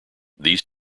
these